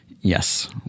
Yes